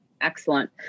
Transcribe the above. Excellent